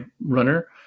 runner